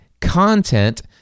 content